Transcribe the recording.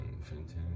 Fantastic